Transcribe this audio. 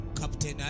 Captain